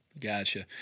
Gotcha